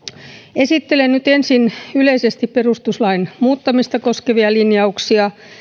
esittelen nyt ensin yleisesti perustuslain muuttamista koskevia linjauksia